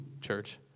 church